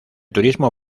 turismo